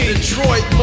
Detroit